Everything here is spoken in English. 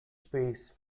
space